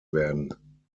werden